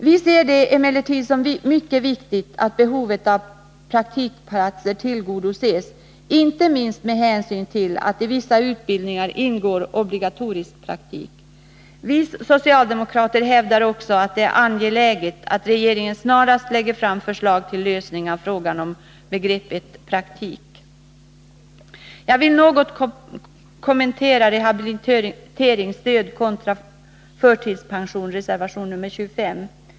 Vi ser det emellertid som mycket viktigt att behovet av praktikplatser tillgodoses, inte minst med hänsyn till att i vissa utbildningar ingår obligatorisk praktik. Vi socialdemokrater hävdar också att det är angeläget att regeringen snarast lägger fram förslag till lösning av frågan om begreppet praktik. Jag skall något kommentera rehabiliteringsstöd kontra förtidspension, en fråga som tas upp i reservation 25.